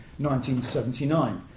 1979